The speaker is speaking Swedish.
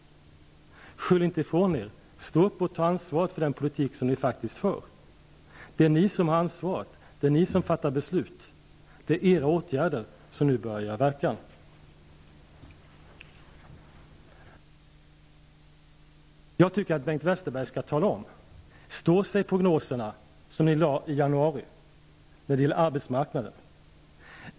Skyll inte ifrån er! Stå upp och ta ansvaret för den politik ni för! Det är ni som har ansvaret. Det är ni som fattar beslut. Det är era åtgärder som nu börjar göra verkan. Jag tycker att Bengt Westerberg skall tala om ifall prognoserna för arbetsmarknaden som ni lade fast i januari står sig.